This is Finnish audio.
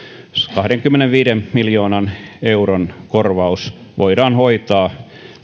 kahdenkymmenenviiden miljoonan euron korvaus voidaan hoitaa